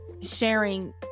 sharing